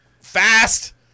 fast